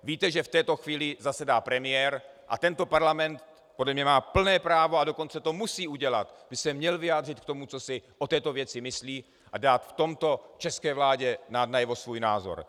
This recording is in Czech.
Víte, že v této chvíli zasedá premiér, a tento parlament podle mě má plné právo, a dokonce to musí udělat, měl by se vyjádřit k tomu, co si o této věci myslí, a dát v tomto české vládě najevo svůj názor.